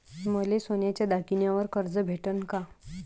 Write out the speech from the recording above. मले सोन्याच्या दागिन्यावर कर्ज भेटन का?